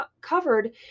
covered